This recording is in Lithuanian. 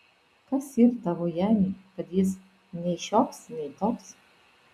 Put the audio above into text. kas yr tavo janiui kad jis nei šioks nei toks